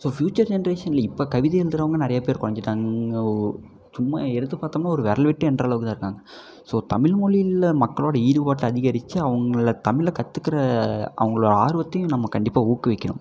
so future ஜென்ரேஷனில் இப்போ கவிதை எழுதுறவங்க நிறைய பேர் குறஞ்சிட்டாங்க இங்கே சும்மா எடுத்து பார்த்தம்னா ஒரு விரல் விட்டு எண்ற அளவுக்குத் தான் இருக்காங்க ஸோ தமிழ்மொழியில் மக்களோட ஈடுபாட்டை அதிகரிச்சு அவங்கள தமிழை கற்றுக்குற அவங்கள ஆர்வத்தையும் நம்ம கண்டிப்பாக ஊக்குவிற்கணும்